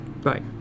Right